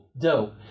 dope